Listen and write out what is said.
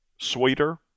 sweeter